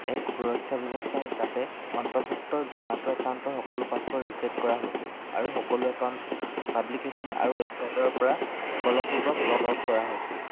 এক সুৰক্ষা ব্যৱস্থা হিচাপে অন্তৰ্ভুক্ত জোমাটো একাউণ্টৰ সকলো পাছৱৰ্ড ৰিছেট কৰা হৈছিল আৰু সকলো একাউণ্ট এপ্লিকেচন আৰু ৱেবছাইটৰ পৰা বলপূৰ্বক লগ আউট কৰা হৈছিল